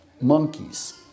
monkeys